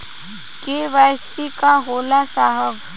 KYC का होला साहब?